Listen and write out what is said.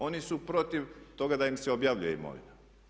Oni su protiv toga da im se objavljuje imovina.